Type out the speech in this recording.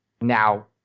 now